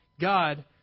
God